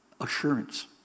Assurance